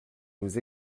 nous